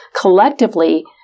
collectively